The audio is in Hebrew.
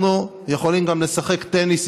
אנחנו יכולים גם לשחק טניס,